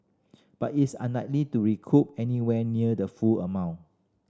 but it's unlikely to recoup anywhere near the full amount